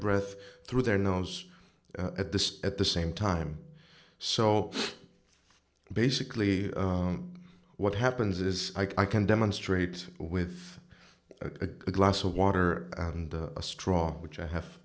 breath through their nose at this at the same time so basically what happens is i can demonstrate with a glass of water and a straw which i have